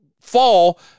fall